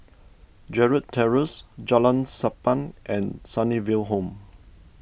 Gerald Terrace Jalan Sappan and Sunnyville Home